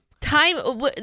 Time